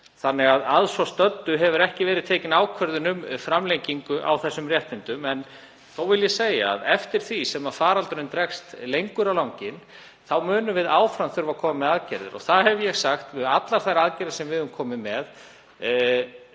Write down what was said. en að svo stöddu hefur ekki verið tekin ákvörðun um framlengingu á þeim réttindum. Ég vil þó segja að eftir því sem faraldurinn dregst lengur á langinn þá munum við áfram þurfa að koma með aðgerðir. Það hef ég sagt um allar þær aðgerðir sem við höfum komið með